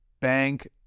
bank